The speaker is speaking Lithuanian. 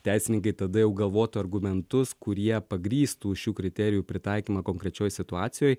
teisininkai tada jau galvotų argumentus kurie pagrįstų šių kriterijų pritaikymą konkrečioj situacijoj